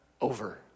over